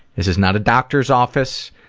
this is not a doctor's office,